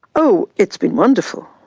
oh, it's been wonderful.